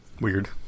Weird